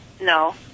no